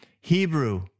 Hebrew